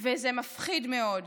וזה מפחיד מאוד.